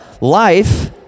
life